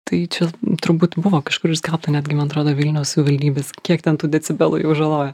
tai čia turbūt buvo kažkur skelbta netgi man atrodo vilniaus savivaldybės kiek ten tų decibelų jau žaloja